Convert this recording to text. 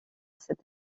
cette